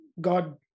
God